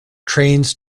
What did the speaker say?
trains